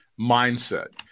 mindset